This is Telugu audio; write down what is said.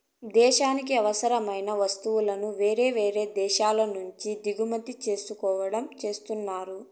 దేశానికి అవసరమైన వస్తువులను వేరే దేశాల నుంచి దిగుమతి చేసుకోవడం చేస్తున్నారు